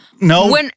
no